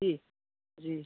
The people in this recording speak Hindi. जी जी